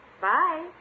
Bye